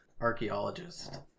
archaeologist